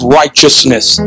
righteousness